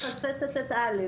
היא בעצם מפספסת את א'.